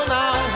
now